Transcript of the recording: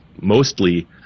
mostly